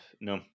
no